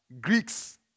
Greeks